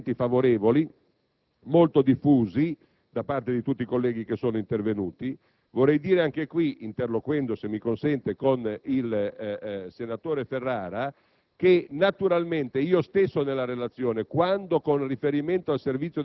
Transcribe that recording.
Mi è parso di cogliere degli orientamenti favorevoli molto diffusi da parte di tutti i colleghi che sono intervenuti. Vorrei dire, anche qui interloquendo, se mi si consente, con il senatore Ferrara,